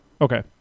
Okay